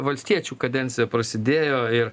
valstiečių kadencija prasidėjo ir